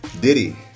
Diddy